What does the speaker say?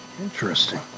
Interesting